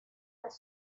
las